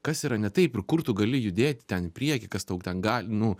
kas yra ne taip ir kur tu gali judėti ten į priekį kas tau ten gali nu